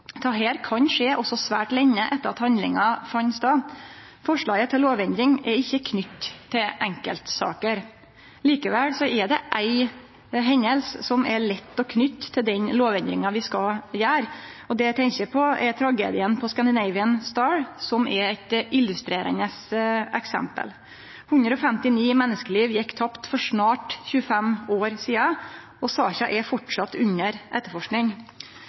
Dette kan skje også svært lenge etter at handlinga skjedde. Forslaget til lovendring er ikkje knytt til enkeltsaker. Likevel er det éi hending som er lett å knyte til den lovendringa vi skal gjere. Det eg tenkjer på, er tragedien på «Scandinavian Star», som er eit illustrerande eksempel. 159 menneskeliv gjekk tapt for snart 25 år sidan, og saka er framleis under etterforsking.